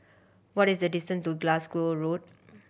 what is the distant to Glasgow Road